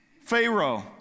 Pharaoh